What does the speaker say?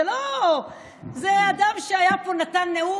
זה אדם שהיה פה, נתן נאום,